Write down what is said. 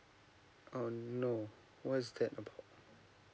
uh no what's that about